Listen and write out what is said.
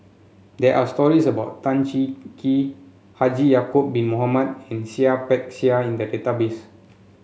there are stories about Tan Cheng Kee Haji Ya'acob Bin Mohamed and Seah Peck Seah in the database